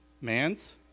Man's